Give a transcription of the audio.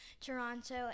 Toronto